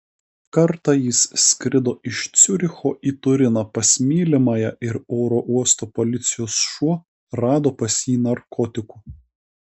kartą jis skrido iš ciuricho į turiną pas mylimąją ir oro uosto policijos šuo rado pas jį narkotikų